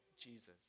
Jesus